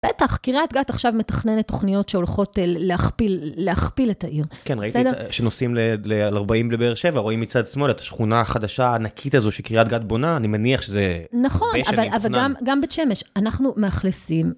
בטח, קרית גת עכשיו מתכננת תוכניות שהולכות להכפיל את העיר. כן, ראיתי שנוסעים על 40 לבאר-שבע, רואים מצד שמאל את השכונה החדשה הענקית הזו שקרית גת בונה, אני מניח שזה... נכון, אבל גם בית שמש, אנחנו מאכלסים.